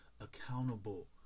accountable